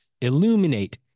Illuminate